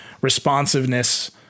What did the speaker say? responsiveness